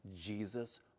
Jesus